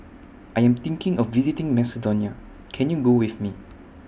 I Am thinking of visiting Macedonia Can YOU Go with Me